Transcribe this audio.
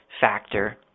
factor